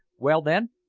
well then,